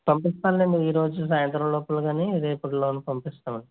పంపిస్తాను లేండి ఈ రోజు సాయంత్రం లోపలలో కాని రేపటిలోన పంపిస్తామండి